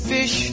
Fish